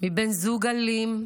מבן זוג אלים,